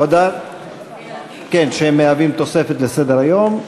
שהם תוספת לסדר-היום: